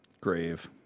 grave